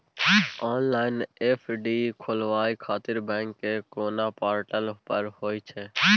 Online FD खोलाबय खातिर bank के कोन पोर्टल पर होए छै?